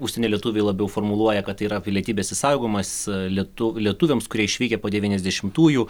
užsienyje lietuviai labiau formuluoja kad tai yra pilietybės išsaugomas lietu lietuviams kurie išvykę po devyniasdešimtųjų